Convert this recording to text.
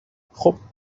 خوب